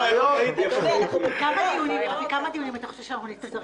בכמה דיונים אתה חושב שנצטרך?